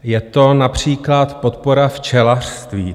Je to například podpora včelařství.